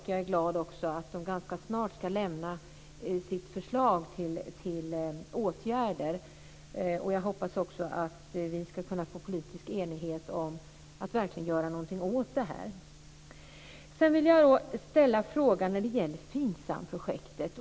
Jag är också glad för att man ganska snart ska lämna sitt förslag till åtgärder. Jag hoppas också att vi ska kunna få politisk enighet om att verkligen göra något åt detta. projekten.